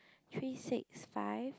three six five